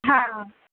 हा